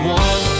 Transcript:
one